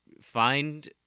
find